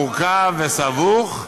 מורכב וסבוך,